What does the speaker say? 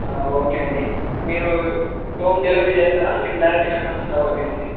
okay అండి మీరు home delivery చేస్తారా మేము డైరెక్ట్గా కన్సల్ట్ అవ్వాలా మిమ్మల్ని